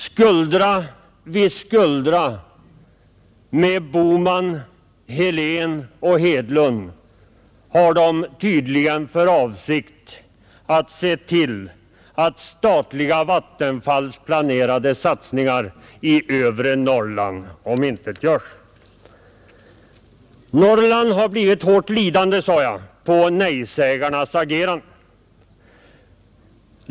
Skuldra vid skuldra med Bohman, Helén och Hedlund har de tydligen för avsikt att se till att statliga Vattenfalls planerade satsningar i Norrland omintetgörs. Norrland har blivit svårt lidande på nej-sägarnas agerande, sade jag.